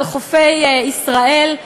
על חופי ישראל.